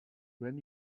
when